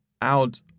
out